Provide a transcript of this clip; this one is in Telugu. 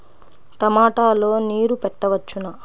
టమాట లో నీరు పెట్టవచ్చునా?